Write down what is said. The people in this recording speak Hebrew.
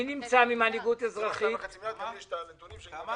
בחוק הזה יש כל כך הטבות למי שנפגע